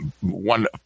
one